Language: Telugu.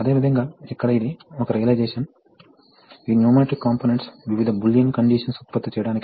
కాబట్టి ఇప్పుడు V V1 V2 VV1V2 1 ×V2 V K 1 x V2 అంటే అది 1 x V2 కు సమానం